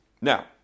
Now